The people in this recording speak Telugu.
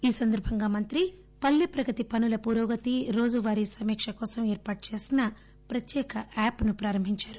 ఈ సందర్బంగా మంత్రి పల్లె ప్రగతి పనుల పురోగతి రోజు వారీ సమీక్ష కోసం ఏర్పాటు చేసిన ప్రత్యేక యాప్ ను ప్రారంభించారు